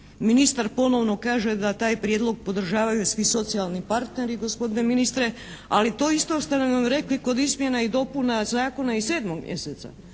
ministar ponovno kaže da taj prijedlog podržavaju svi socijalni partneri, gospodine ministre, ali to isto ste nam rekli kod izmjena i dopuna zakona iz 7. mjeseca,